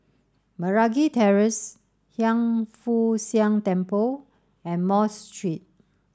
Meragi Terrace Hiang Foo Siang Temple and Mosque Street